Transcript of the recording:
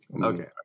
Okay